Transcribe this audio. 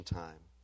time